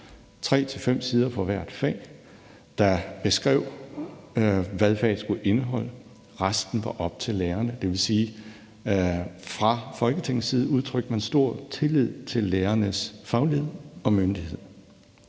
fem sider for hvert fag, der beskrev, hvad faget skulle indeholde. Resten var op til lærerne. Det vil sige, at fra Folketingets side udtrykte man stor tillid til lærernes faglighed og myndighed.